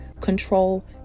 control